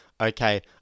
okay